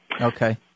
Okay